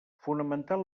fonamentar